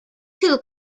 two